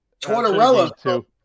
Tortorella